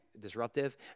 disruptive